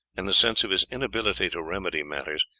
and the sense of his inability to remedy matters,